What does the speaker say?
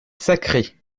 sacré